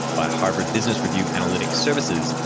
by harvard business review analytics services,